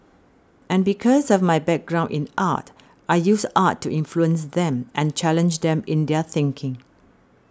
and because of my background in art I use art to influence them and challenge them in their thinking